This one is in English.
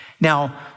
Now